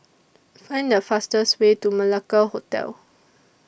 Find The fastest Way to Malacca Hotel